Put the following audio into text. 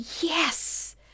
yes